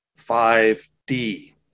5D